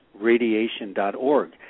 radiation.org